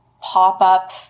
pop-up